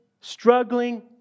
struggling